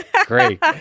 great